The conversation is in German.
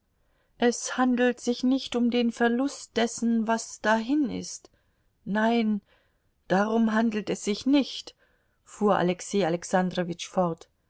es handelt sich nicht um den verlust dessen was dahin ist nein darum handelt es sich nicht fuhr alexei alexandrowitsch fort